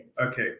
Okay